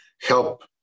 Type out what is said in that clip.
help